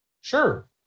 Sure